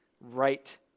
right